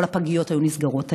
כל הפגיות היו נסגרות היום,